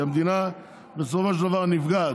כי המדינה בסופו של דבר נפגעת.